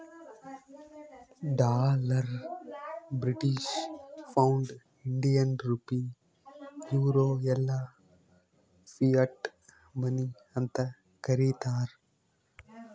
dollar, British pound, Indian rupee, euro ಎಲ್ಲಾ fiat money ಅಂತ್ ಕರೀತಾರ